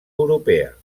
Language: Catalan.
europea